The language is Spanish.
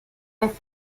vez